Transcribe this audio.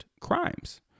crimes